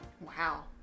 Wow